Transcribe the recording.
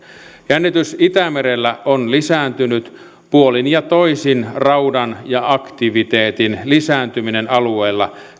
jännitys itämerellä on lisääntynyt puolin ja toisin raudan ja aktiviteetin lisääntyminen alueella